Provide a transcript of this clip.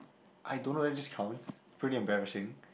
I don't know if this counts it's pretty embarrassing